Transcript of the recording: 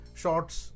shorts